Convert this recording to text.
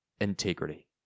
Integrity